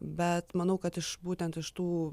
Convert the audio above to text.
bet manau kad iš būtent iš tų